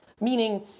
Meaning